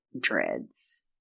dreads